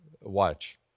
Watch